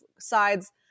sides